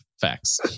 Facts